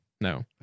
no